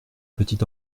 petit